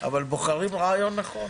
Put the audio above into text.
אבל בוחרים רעיון נכון.